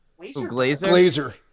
Glazer